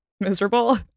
miserable